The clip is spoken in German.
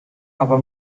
aber